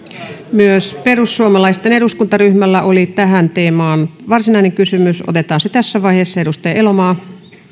myös perussuomalaisten eduskuntaryhmällä oli tähän teemaan varsinainen kysymys otetaan se tässä vaiheessa edustaja elomaa